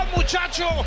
muchacho